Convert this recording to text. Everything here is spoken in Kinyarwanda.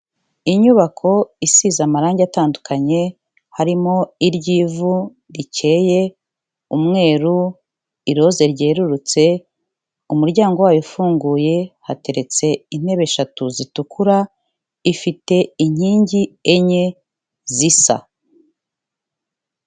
Inyubako isize amarangi atandukanye, harimo iry'ivu rikeye, umweru, iroze ryerurutse, umuryango wayo ufunguye, hateretse intebe eshatu zitukura, ifite inkingi enye zisa.